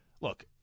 look